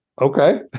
Okay